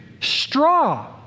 Straw